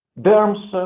derms, so